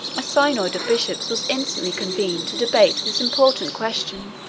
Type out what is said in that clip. a synod of bishops was instantly convened to debate this important question